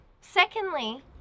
Secondly